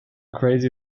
crazy